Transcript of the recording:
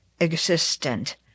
existent